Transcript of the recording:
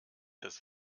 das